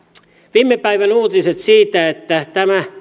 viime päivän uutisia siitä että